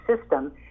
system